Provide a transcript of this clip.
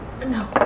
No